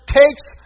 takes